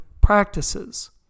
practices